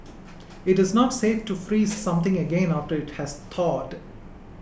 it is not safe to freeze something again after it has thawed